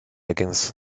against